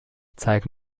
zeige